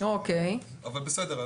אבל בסדר,